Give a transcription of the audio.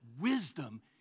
wisdom